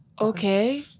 Okay